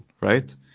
right